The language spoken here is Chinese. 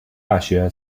大学